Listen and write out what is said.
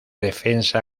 defensa